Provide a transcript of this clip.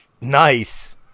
Nice